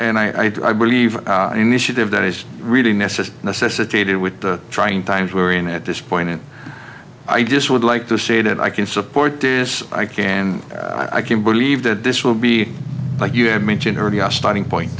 and i believe initiative that is really necessary necessitated with the trying times we're in at this point and i just would like to say that i can support this i can i can believe that this will be like you had mentioned earlier our starting point